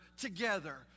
together